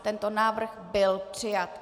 Tento návrh byl přijat.